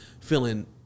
feeling